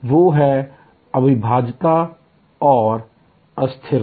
वो है अविभाज्यता और अस्थिरता